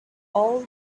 all